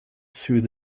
through